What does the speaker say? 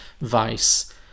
Vice